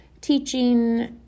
teaching